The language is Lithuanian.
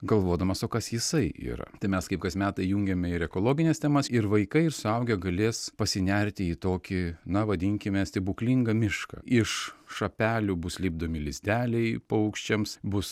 galvodamas o kas jisai yra mes kaip kas metai jungiame ir ekologines temas ir vaikai ir suaugę galės pasinerti į tokį na vadinkime stebuklingą mišką iš šapelių bus lipdomi lizdeliai paukščiams bus